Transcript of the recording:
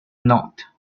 not